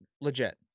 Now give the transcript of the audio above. legit